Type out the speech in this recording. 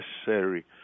necessary